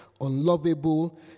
unlovable